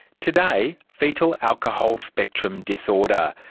today, fetal alcohol spectrum disorder,